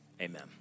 Amen